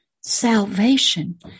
Salvation